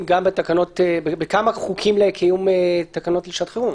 גם בכמה חוקים לקיום תקנות לשעת חירום.